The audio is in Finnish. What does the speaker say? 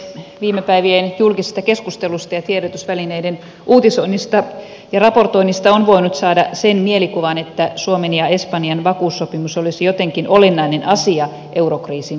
viime päivien julkisesta keskustelusta ja tiedotusvälineiden uutisoinnista ja raportoinnista on voinut saada sen mielikuvan että suomen ja espanjan vakuussopimus olisi jotenkin olennainen asia eurokriisin hoidossa